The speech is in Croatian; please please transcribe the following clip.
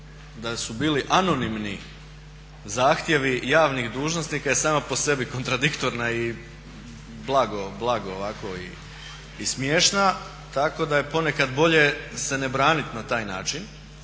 da su bili anonimni zahtjevi javnih dužnosnika je sama po sebi kontradiktorna i blago, blago ovako i smiješna. Tako da je ponekad bolje se ne braniti na taj način.